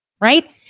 right